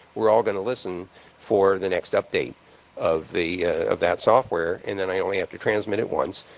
we're all going to listen for the next update of the of that software, and then i only have to transmit it once.